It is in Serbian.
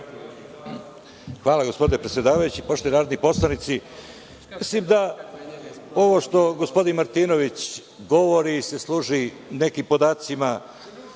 Hvala gospodine predsedavajući. Poštovani narodni poslanici, mislim da ovo što gospodin Martinović govori se služi nekim podacima